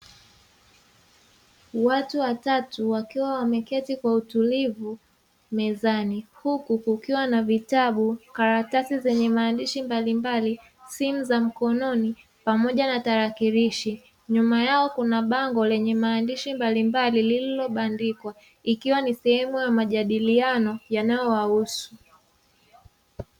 Watu watatu wakiwa wameketi kwa utulivu mezani huku kukiwa na vitabu, karatasi zenye maandishi mbalimbali, simu za mkononi pamoja na tarakirishi. Nyuma yao kuna bango lenye maandishi mbalimbali lililobandikwa, ikiwa ni sehemu ya majadiliano yanayowahusu.